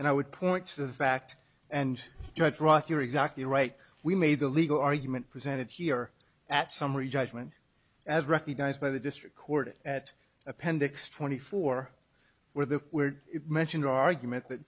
and i would point to the fact and judge roth you're exactly right we made the legal argument presented here at summary judgment as recognized by the district court at appendix twenty four where the where it mentioned argument that